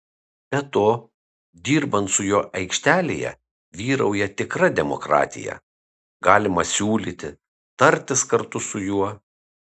be to dirbant su juo aikštelėje vyrauja tikra demokratija galima siūlyti tartis kartu su juo